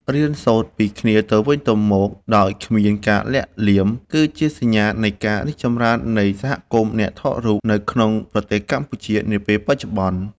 រៀនសូត្រពីគ្នាទៅវិញទៅមកដោយគ្មានការលាក់លៀមគឺជាសញ្ញានៃការរីកចម្រើននៃសហគមន៍អ្នកថតរូបនៅក្នុងប្រទេសកម្ពុជានាពេលបច្ចុប្បន្ន។